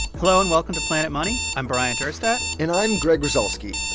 hello, and welcome to planet money. i'm bryant urstadt and i'm greg rosalsky.